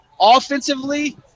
Offensively